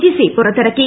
Jisi പ്പുറത്തിറക്കി